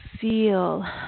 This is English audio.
feel